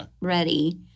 ready—